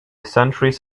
centuries